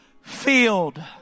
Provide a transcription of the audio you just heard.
filled